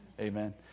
Amen